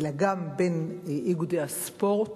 אלא גם באיגודי הספורט,